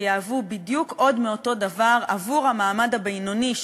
שיהוו בדיוק עוד מאותו דבר עבור המעמד הבינוני,